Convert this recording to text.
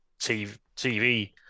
TV